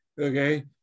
okay